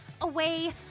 away